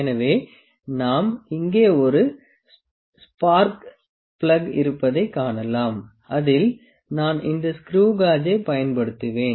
எனவே நாம் இங்கே ஒரு ஸ்பார்க் பிளக் இருப்பதைக் காணலாம் அதில் நான் இந்த ஸ்க்ரீவ் காஜை பயன்படுத்துவேன்